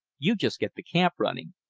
you just get the camp running.